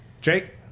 jake